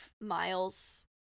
miles